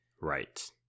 Right